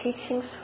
teachings